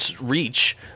reach